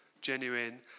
genuine